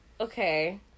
Okay